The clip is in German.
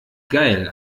geil